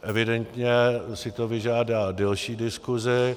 Evidentně si to vyžádá delší diskusi.